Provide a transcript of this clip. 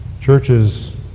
Churches